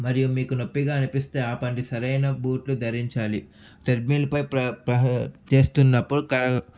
మరియు మీకు నొప్పిగా అనిపిస్తే ఆపండి సరైన బూట్లు ధరించాలి ట్రెడ్మిల్పై చేస్తున్నప్పుడు